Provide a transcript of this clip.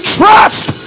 trust